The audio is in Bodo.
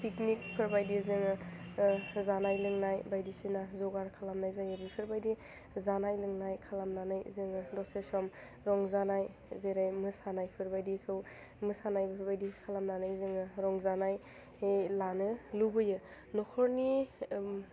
पिकनिकफोरबायदि जोङो जानाय लोंनाय बायदिसिना जगार खालामनाय जायो बेफोरबायदि जानाय लोंनाय खालामनानै जोङो दसे सम रंजानाय जेरै मोसानायफोर बायदिखौ मोसानाय बेफोरबायदि खालामनानै जोङो रंजानाय लानो लुबैयो नख'रनि